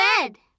bed